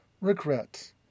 regret